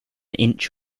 inch